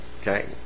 Okay